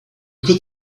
could